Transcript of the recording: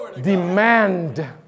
Demand